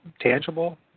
tangible